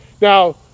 Now